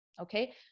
Okay